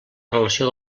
relació